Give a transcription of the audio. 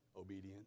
Obedience